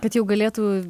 kad jau galėtų